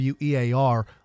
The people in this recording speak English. WEAR